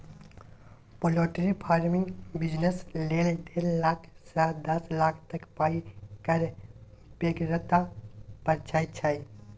poultry फार्मिंगक business लेल डेढ़ लाख सँ दस लाख तक पाइ केर बेगरता परय छै